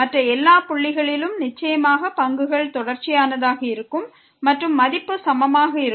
மற்ற எல்லா புள்ளிகளிலும் நிச்சயமாக பங்குகள் தொடர்ச்சியானதாக இருக்கும் மற்றும் மதிப்பு சமமாக இருக்கும்